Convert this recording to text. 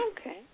Okay